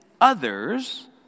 others